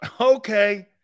Okay